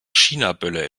chinaböller